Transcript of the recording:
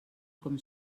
com